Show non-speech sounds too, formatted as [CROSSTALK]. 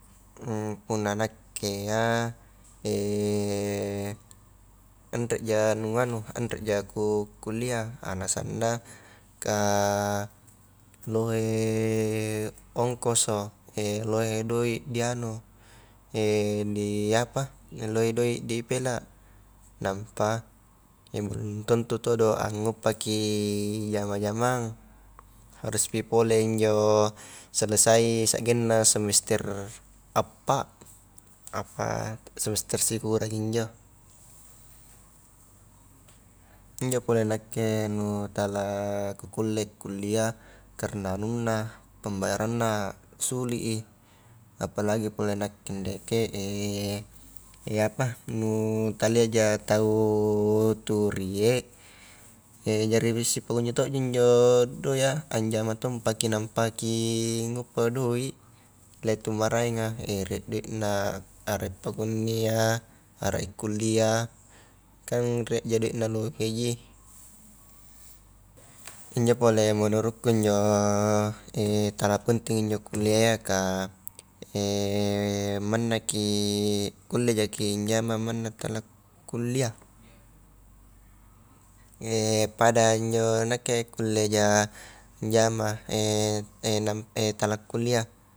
[HESITATION] punna nakke iya, [HESITATION] anreja ku nganu anreja ku kuliah alasanna, ka lohe ongkoso, [HESITATION] lohe doik di anu, [HESITATION] di apa [HESITATION] lohe doik di pela, nampa [HESITATION] belum tentu todo anguppaki jama-jamang, haruspi pole injo selesai sagenna semester appa, apa semester sikuraji injo, injople nakke nu tala ku-kulle kuliah, karna anunna, pembayanna suli i, apalagi punna nakke ndeke [HESITATION] apa nu taliaja tau tu rie, jari si pakunju to ji injo doik a, anjama tong paki nampaki ngguppa doik, rie tau maraenga [HESITATION] rie doikna, arak i pakunnia arak i kulliah, kang rie ja doina loheji, injo pole menurutku njo, [HESITATION] tala penting injo kulliah iya kah [HESITATION] mannaki kulle jaki njama manna tala kuliah, [HESITATION] pada injo nakke kulleja njama [HESITATION] [UNINTELLIGIBLE] tala kuliah.